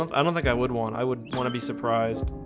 um i don't think i would want i would want to be surprised